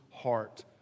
heart